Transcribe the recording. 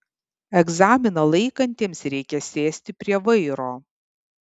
egzaminą laikantiems reikia sėsti prie vairo